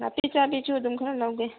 ꯅꯥꯄꯤ ꯆꯥꯕꯤꯁꯨ ꯑꯗꯨꯝ ꯈꯔ ꯂꯧꯒꯦ